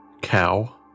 cow